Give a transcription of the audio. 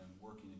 working